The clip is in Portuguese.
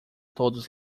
todos